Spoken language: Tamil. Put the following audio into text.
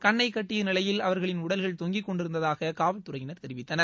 கண்ணை கட்டிய நிலையில் அவர்களின் உடல்கள் தொங்கிக் கொண்டிருந்ததாக காவல்துறையினர் தெரிவித்தனர்